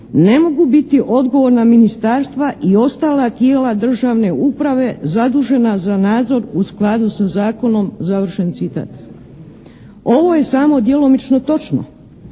ne mogu biti odgovorna ministarstva i ostala tijela državne uprave zadužena za nadzor u skladu sa zakonom", završen citat. Ovo je samo djelomično točno.